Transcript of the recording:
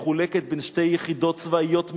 מחולקת בין שתי יחידות צבאיות מיומנות.